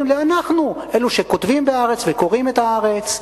ל"אנחנו" אלו שכותבים ב"הארץ" וקוראים את "הארץ",